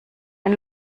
ein